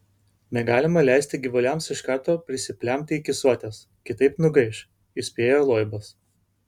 negalima leisti gyvuliams iš karto prisiplempti iki soties kitaip nugaiš įspėjo loibas